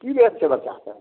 की भेल छै बच्चाके